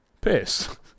piss